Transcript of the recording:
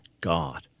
God